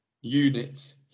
units